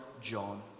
John